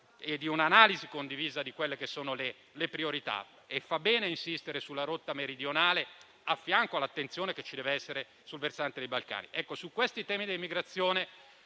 e di analisi condivisa delle priorità. Fa bene a insistere sulla rotta meridionale, a fianco all'attenzione che ci dev'essere sul versante dei Balcani.